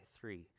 three